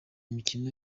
mikino